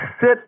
sit